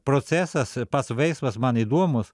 procesas pats veiksmas man įdomus